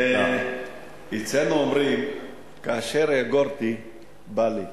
אצלנו אומרים: כאשר יגורתי בא לי,